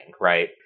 right